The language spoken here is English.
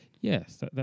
Yes